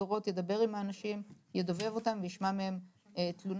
ידבר עם האנשים, ידובב אותם וישמע מהם תלונות.